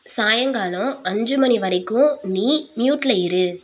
சாயங்காலம் அஞ்சு மணி வரைக்கும் நீ மியூட்டில் இரு